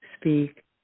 speak